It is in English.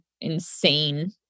insane